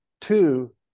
two